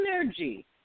energy